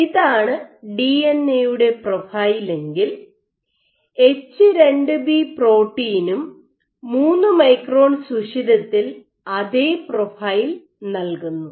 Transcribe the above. ഇതാണ് ഡിഎൻഎയുടെ പ്രൊഫൈലെങ്കിൽ എച്ച് 2 ബി പ്രോട്ടീനും 3 മൈക്രോൺ സുഷിരത്തിൽ അതേ പ്രൊഫൈൽ നൽകുന്നു